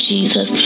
Jesus